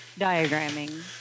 diagramming